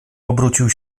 obrócił